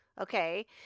Okay